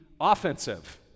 offensive